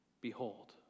Behold